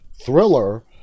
thriller